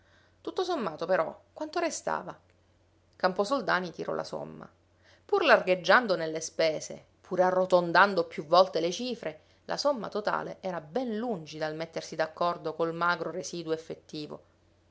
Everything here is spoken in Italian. tutto sommato però quanto restava camposoldani tirò la somma pur largheggiando nelle spese pure arrotondando più volte le cifre la somma totale era ben lungi dal mettersi d'accordo col magro residuo effettivo